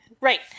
Right